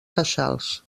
queixals